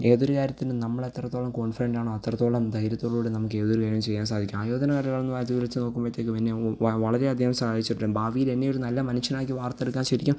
ഏതൊരു കാര്യത്തിനും നമ്മളെത്രത്തോളം കോൺഫിഡൻറ്റാണോ അത്രത്തോളം ധൈര്യത്തോടു കൂടി നമുക്കേതൊരു കാര്യവും ചെയ്യാൻ സാധിക്കും ആയോധനകളെന്നു മാറ്റി ഉരച്ചു നോക്കുമ്പോഴത്തേക്കും പിന്നെ വളരെയധികം സഹായിച്ചിട്ടുണ്ട് ഭാവിയിലെന്നെയൊരു നല്ല മനുഷ്യനാക്കി വാർത്തെടുക്കാൻ ശരിക്കും